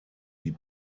die